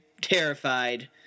terrified